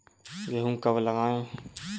गेहूँ कब लगाएँ?